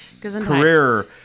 career